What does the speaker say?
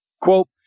Quote